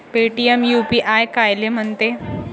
Paytm UPI कायले म्हनते?